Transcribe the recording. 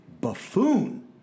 buffoon